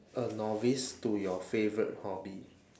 a novice to your favourite hobby